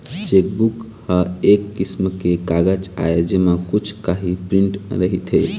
chequebook ह एक किसम के कागज आय जेमा कुछ काही प्रिंट रहिथे